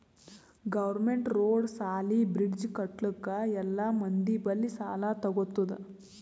government road, ಸಾಲಿ, bridge ಕಟ್ಟಲುಕ್ ಎಲ್ಲಾ ಮಂದಿ ಬಲ್ಲಿ ಸಾಲಾ ತಗೊತ್ತುದ್